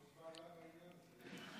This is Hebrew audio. יש בעיה בעניין הזה.